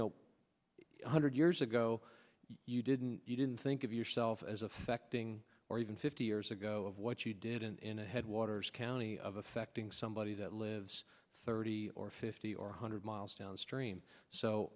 know one hundred years ago you didn't you didn't think of yourself as affecting or even fifty years ago of what you did in headwaters county of affecting somebody that lives thirty or fifty or one hundred miles downstream so